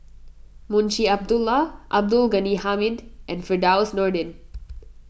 Munshi Abdullah Abdul Ghani Hamid and Firdaus Nordin